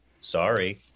Sorry